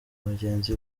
bagenzi